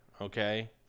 okay